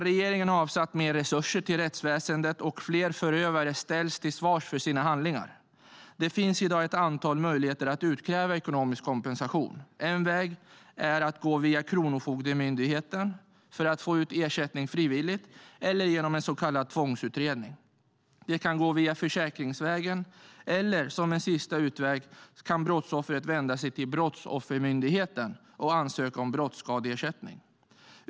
Regeringen har avsatt mer resurser till rättsväsendet, och fler förövare ställs till svars för sina handlingar. Det finns i dag ett antal möjligheter att utkräva ekonomisk kompensation. En väg är att gå via Kronofogdemyndigheten för att få ut ersättning frivilligt eller genom en så kallad tvångsutredning. Det kan även gå försäkringsvägen, och som en sista utväg kan brottsoffret vända sig till Brottsoffermyndigheten och ansöka om brottsskadeersättning.